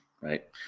right